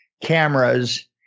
cameras